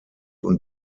und